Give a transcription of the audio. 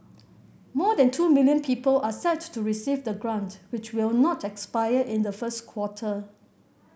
more than two million people are set to receive the grant which will not expire in the first quarter